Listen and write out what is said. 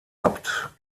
abt